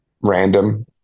random